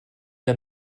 der